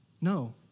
No